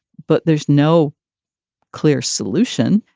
but there's no clear solution.